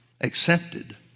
accepted